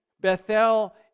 Bethel